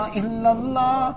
illallah